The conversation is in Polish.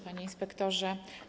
Panie Inspektorze!